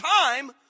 time